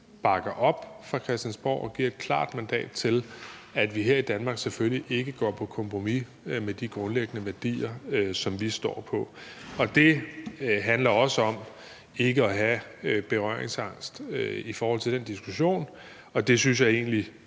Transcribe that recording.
bakker op fra Christiansborg og giver et klart mandat til, at vi her i Danmark selvfølgelig ikke går på kompromis med de grundlæggende værdier, som vi står på. Det handler også om ikke at have berøringsangst over for den diskussion, og jeg synes egentlig,